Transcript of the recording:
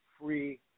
free